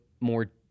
more